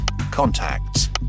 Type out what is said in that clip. contacts